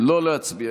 הצבעה.